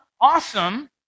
awesome